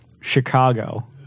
Chicago